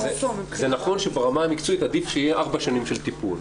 זה נכון שברמה המקצועית עדיף שיהיה ארבע שנים של טיפול.